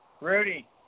Rudy